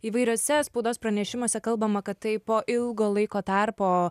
įvairiuose spaudos pranešimuose kalbama kad tai po ilgo laiko tarpo